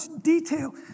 detail